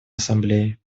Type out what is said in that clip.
ассамблее